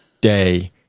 day